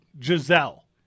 giselle